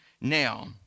Now